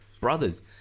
brothers